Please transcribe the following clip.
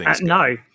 No